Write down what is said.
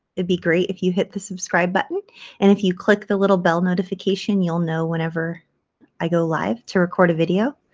be great if you hit the subscribe button and if you click the little bell notification, you'll know whenever i go live to record a video.